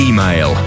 Email